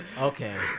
Okay